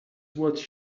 what